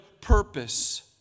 purpose